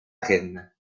rennes